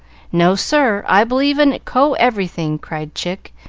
no, sir! i believe in co-everything! cried chick,